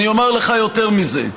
אני אומר לך יותר מזה.